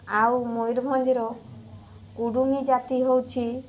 ଆଉ ମୟୂରଭଞ୍ଜର କୁଡ଼ୁମି ଜାତି ହେଉଛି